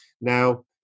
Now